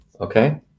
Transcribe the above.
okay